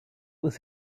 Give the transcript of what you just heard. was